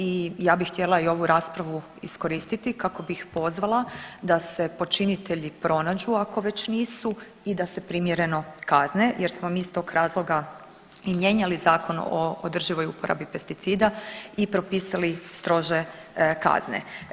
I ja bih htjela i ovu raspravu iskoristiti kako bi ih pozvala da se počinitelji pronađu ako već nisu i da se primjereno kazne jer smo mi iz tog razloga i mijenjali Zakon o održivoj upravi pesticida i propisali strože kazne.